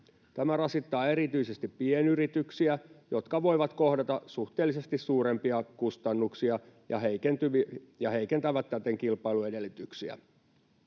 Tämä rasittaa erityisesti pienyrityksiä, jotka voivat kohdata suhteellisesti suurempia kustannuksia, mikä heikentää täten kilpailuedellytyksiä.